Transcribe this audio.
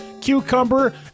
cucumber